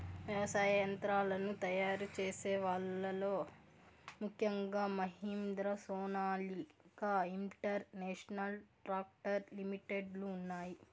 వ్యవసాయ యంత్రాలను తయారు చేసే వాళ్ళ లో ముఖ్యంగా Mahindra, Sonalika international tractor limited లు ఉన్నాయి